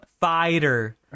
fighter